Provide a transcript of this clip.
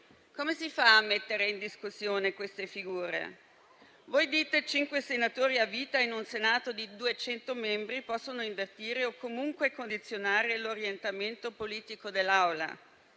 Come si fa a mettere in discussione queste figure? Voi dite che cinque senatori a vita in un Senato di 200 membri possono invertire o comunque condizionare l'orientamento politico dell'Aula,